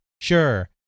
sure